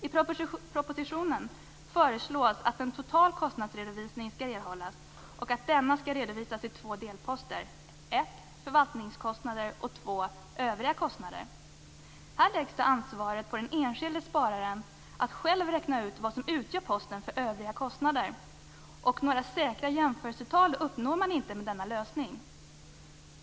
I propositionen föreslås att en total kostnadsredovisning skall erhållas och att denna skall redovisas i två delposter: förvaltningskostnader och övriga kostnader. Här läggs då ansvaret på den enskilde spararen att själv räkna ut vad som utgör posten för "övriga kostnader", och några säkra jämförelsetal uppnår man inte med denna lösning.